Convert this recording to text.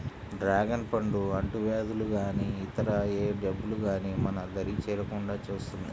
dragon పండు అంటువ్యాధులు గానీ ఇతర ఏ జబ్బులు గానీ మన దరి చేరకుండా చూస్తుంది